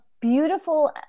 beautiful